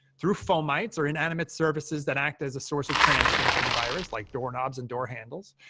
through fomites, or inanimate surfaces that act as a source of transference for the virus, like doorknobs and door handles,